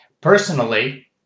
Personally